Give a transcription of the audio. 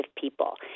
people